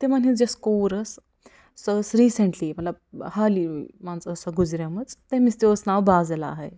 تِمَن ہٕنٛز یۄس کوٗر ٲسۍ سۄ ٲسۍ ریٖسَنٹلی مطلب ہالی مان ژٕ ٲسۍ سۄ گُزریمٕژ تٔمِس تہِ اوس ناو بازِلا ہَے